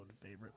favorite